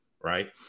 right